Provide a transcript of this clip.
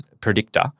predictor